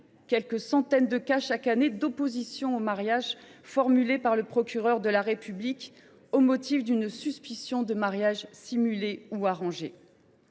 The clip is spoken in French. quelques centaines de cas d’opposition au mariage formulés par le procureur de la République au motif d’une suspicion de mariage simulé ou arrangé.